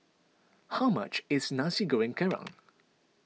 how much is Nasi Goreng Kerang